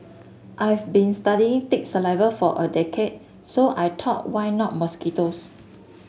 I've been studying tick saliva for a decade so I thought why not mosquitoes